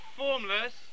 formless